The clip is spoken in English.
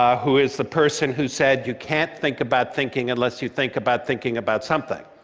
ah who is the person who said, you can't think about thinking unless you think about thinking about something.